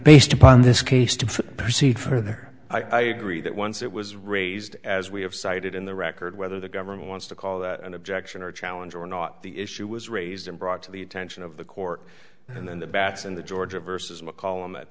based upon this case to proceed further i agree that once it was raised as we have cited in the record whether the government wants to call that an objection or challenge or not the issue was raised and brought to the attention of the court and then the bats in the georgia versus mccollum at